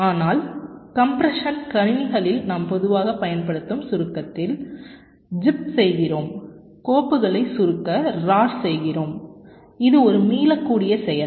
ஆனால் கம்ப்ரசன் கணினிகளில் நாம் பொதுவாக பயன்படுத்தும் சுருக்கத்தில் ஜிப் செய்கிறோம் கோப்புகளை சுருக்க ரார் செய்கிறோம் இது ஒரு மீளக்கூடிய செயல்